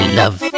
love